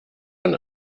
von